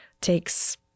takes